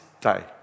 day